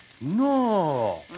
No